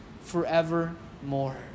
forevermore